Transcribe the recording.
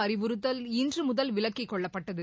அறிவுறுத்தல் இன்று முதல் விலக்கிக்கொள்ளப்பட்டது